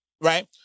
Right